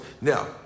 Now